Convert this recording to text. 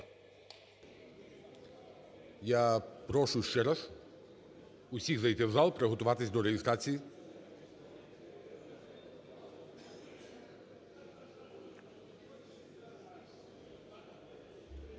Я прошу ще раз усіх зайти в зал, приготуватись до реєстрації.